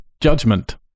Judgment